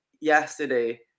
yesterday